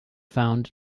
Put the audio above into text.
found